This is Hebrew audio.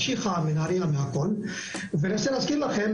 מנהריה וכו' ורוצה להזכיר לכם,